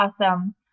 awesome